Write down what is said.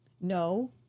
no